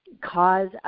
cause